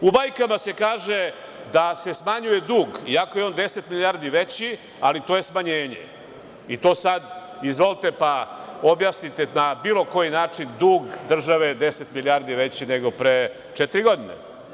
U bajkama se kaže da se smanjuje dug, iako je on 10 milijardi veći, ali to je smanjenje, i to sad izvolite i objasnite na bilo koji način dug države 10 milijardi veći, nego pre četiri godine.